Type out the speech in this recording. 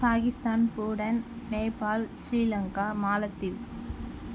Pakistan Bhutan Nepal Sri Lanka Maldives